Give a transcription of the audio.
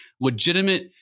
legitimate